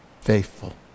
faithful